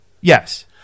Yes